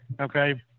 okay